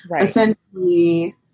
essentially